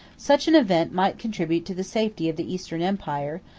such an event might contribute to the safety of the eastern empire,